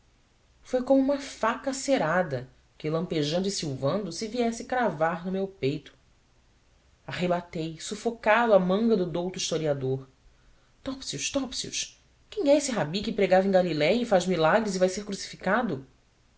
foi como uma faca acerada que lampejando e salvando se viesse cravar no meu peito arrebatei sufocado a manga do douto historiador topsius topsius quem é esse rabi que pregava em galiléia e faz milagres e vai ser crucificado